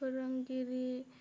फोरोंगिरि